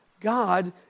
God